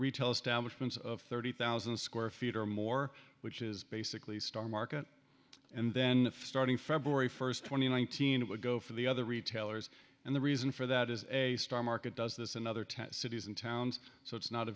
retail establishment of thirty thousand square feet or more which is basically star market and then starting february first twenty one thousand it would go for the other retailers and the reason for that is a star market does this and other tent cities and towns so it's not a